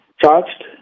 charged